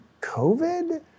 COVID